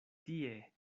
tie